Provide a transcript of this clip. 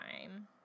time